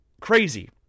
crazy